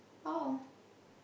oh